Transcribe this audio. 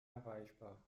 erreichbar